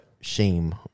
shame